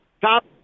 top